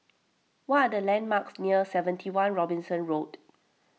what are the landmarks near seventy one Robinson Road